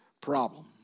Problem